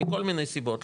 מכל מיני סיבות,